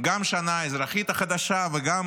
גם שנה אזרחית חדשה וגם